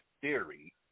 theory